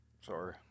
Sorry